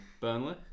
Burnley